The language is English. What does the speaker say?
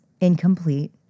incomplete